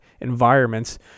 environments